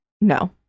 no